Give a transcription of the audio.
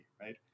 right